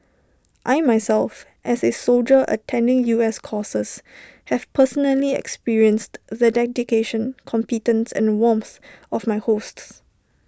I myself as A soldier attending U S courses have personally experienced the dedication competence and warmth of my hosts